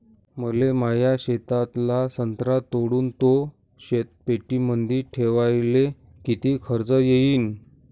मले माया शेतातला संत्रा तोडून तो शीतपेटीमंदी ठेवायले किती खर्च येईन?